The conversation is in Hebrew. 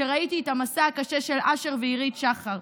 כשראיתי את המסע הקשה של אשר ועירית שחר,